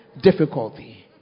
difficulty